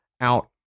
out